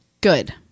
Good